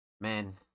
man